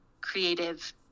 creative